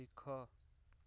ଶିଖ